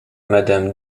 madame